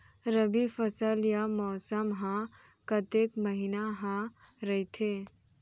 रबि फसल या मौसम हा कतेक महिना हा रहिथे?